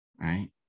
right